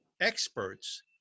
experts